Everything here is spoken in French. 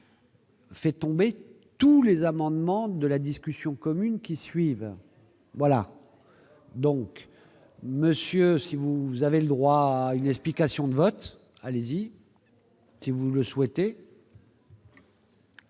Fait tomber tous les amendements de la discussion commune qui suivent voilà donc monsieur si vous avez le droit à une explication de vote allez-y si vous le souhaitez.